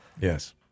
Yes